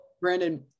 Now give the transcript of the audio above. Brandon